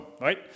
right